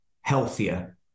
healthier